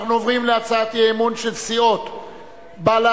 אנחנו עוברים להצעת אי-אמון של סיעות בל"ד,